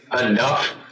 enough